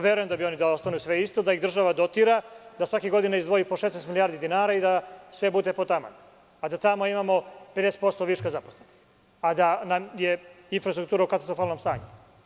Verujem da je njoj važno da sve ostane isto, da je država dotira, da svake godine izdvoji po 16 milijardi dinara i da sve bude potaman i da tamo imamo 50% viška zaposlenih, a da nam je infrastruktura za to vreme u katastrofalnom stanju.